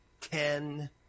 ten